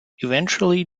eventually